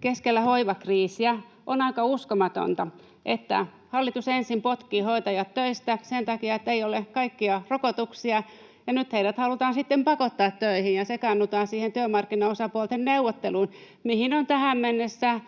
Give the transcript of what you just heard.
Keskellä hoivakriisiä on aika uskomatonta, että hallitus ensin potkii hoitajat töistä sen takia, ettei ole kaikkia rokotuksia, ja nyt heidät halutaan sitten pakottaa töihin ja sekaannutaan siihen työmarkkinaosapuolten neuvotteluun, mistä on tähän mennessä